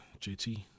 jt